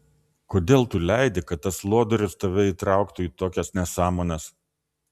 kodėl tu leidi kad tas lodorius tave įtrauktų į tokias nesąmones